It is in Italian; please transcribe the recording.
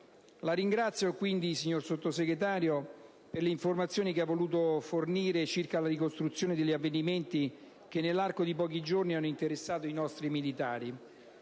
La ringrazio quindi, signor Sottosegretario, per le informazioni che ha voluto fornire circa la ricostruzione degli eventi che nell'arco di pochi giorni hanno interessato i nostri militari.